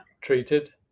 treated